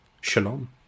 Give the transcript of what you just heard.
shalom